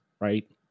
right